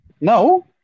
No